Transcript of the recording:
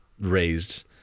raised